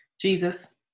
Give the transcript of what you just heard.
Jesus